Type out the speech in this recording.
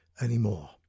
anymore